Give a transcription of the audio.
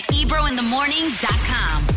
ebrointhemorning.com